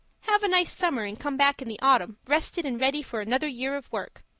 have a nice summer and come back in the autumn rested and ready for another year of work.